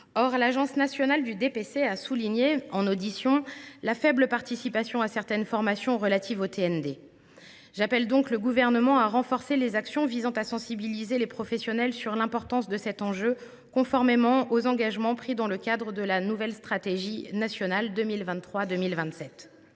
Or l’Agence nationale du DPC a souligné en audition la faible participation à certaines formations relatives aux TND. J’appelle donc le Gouvernement à renforcer les actions visant à sensibiliser les professionnels sur l’importance de cet enjeu, conformément aux engagements pris dans le cadre de la nouvelle stratégie nationale 2023 2027.